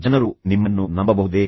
ಜನರು ನಿಮ್ಮನ್ನು ನಂಬಬಹುದೇ